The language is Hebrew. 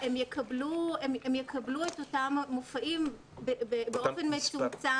הם יקבלו את אותם מופעים באופן מצומצם.